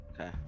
Okay